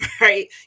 Right